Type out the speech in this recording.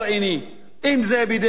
אם בידי ישראל,